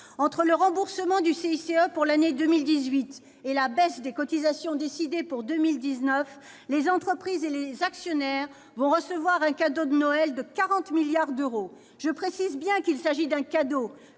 et l'emploi, le CICE, pour l'année 2018 et la baisse de cotisations décidée pour 2019, les entreprises et les actionnaires vont recevoir un cadeau de Noël de 40 milliards d'euros ! Je précise bien qu'il s'agit d'un cadeau